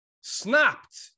snapped